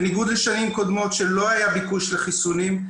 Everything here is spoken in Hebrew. בניגוד לשנים קודמות שלא היה ביקוש לחיסונים,